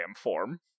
form